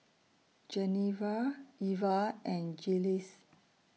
Genevra Eva and Jiles